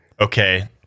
Okay